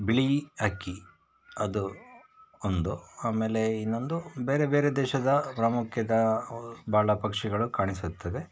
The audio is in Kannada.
ಬಿಳಿ ಹಕ್ಕಿ ಅದು ಒಂದು ಆಮೇಲೆ ಇನ್ನೊಂದು ಬೇರೆ ಬೇರೆ ದೇಶದ ಪ್ರಾಮುಖ್ಯದ ಭಾಳ ಪಕ್ಷಿಗಳು ಕಾಣಿಸುತ್ತದೆ